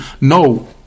No